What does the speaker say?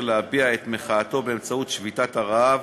להביע את מחאתו באמצעות שביתת הרעב,